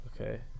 Okay